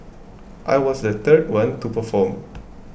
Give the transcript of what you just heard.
I was the third one to perform